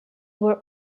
were